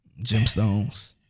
Gemstones